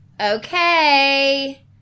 Okay